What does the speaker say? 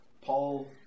Paul